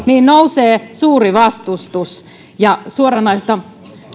nousee suuri vastustus ja suoranaista